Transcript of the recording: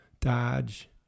Dodge